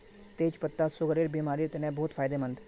तेच पत्ता सुगरेर बिमारिर तने बहुत फायदामंद